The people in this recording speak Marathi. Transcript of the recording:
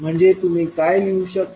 म्हणजे तुम्ही काय लिहू शकता